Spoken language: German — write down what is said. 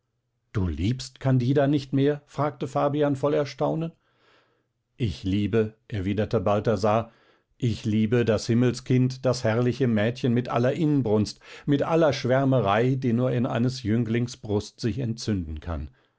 du liebst candida nicht mehr fragte fabian voll erstaunen ich liebe erwiderte balthasar ich liebe das himmelskind das herrliche mädchen mit aller inbrunst mit aller schwärmerei die nur in eines jünglings brust sich entzünden kann